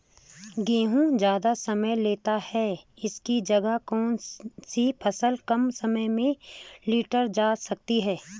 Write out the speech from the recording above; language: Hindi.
गेहूँ ज़्यादा समय लेता है इसकी जगह कौन सी फसल कम समय में लीटर जा सकती है?